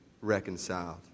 reconciled